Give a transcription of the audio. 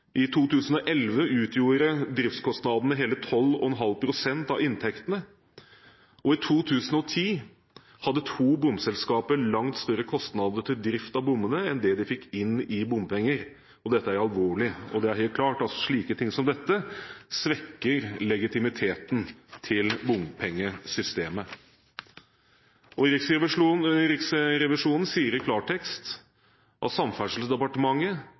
til 2011. I 2011 utgjorde driftskostnadene hele 12,5 pst. av inntektene, og i 2010 hadde to bomselskaper langt større kostnader til drift av bommene enn det de fikk inn i bompenger. Dette er alvorlig, og det er helt klart at slike ting som dette svekker legitimiteten til bompengesystemet. Riksrevisjonen sier i klartekst at Samferdselsdepartementet